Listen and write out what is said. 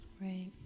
right